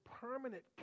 permanent